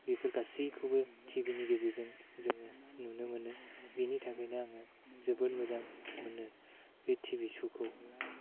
बिफोर गासैखौबो टिभिनि गेजेरजों जोङो नुनो मोनो बिनि थाखायनो आङो जोबोद मोजां मोनो बे टिभि श'खौ